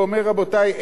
ואומר: רבותי,